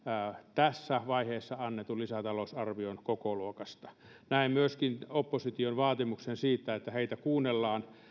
tässä vaiheessa annetun lisätalousarvion kokoluokasta myöskin opposition vaatimusta siitä että heitä kuunnellaan